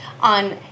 on